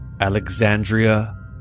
Alexandria